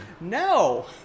No